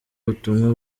butumwa